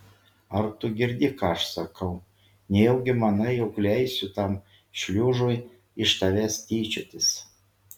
ar tu girdi ką aš sakau nejaugi manai jog leisiu tam šliužui iš tavęs tyčiotis